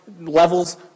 levels